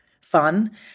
fun